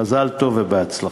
מזל טוב ובהצלחה.